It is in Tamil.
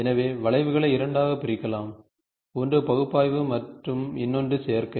எனவே வளைவுகளை இரண்டாகப் பிரிக்கலாம் ஒன்று பகுப்பாய்வு மற்றும் இன்னொன்று செயற்கை